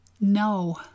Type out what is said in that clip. No